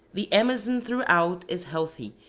the amazon throughout is healthy,